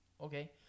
Okay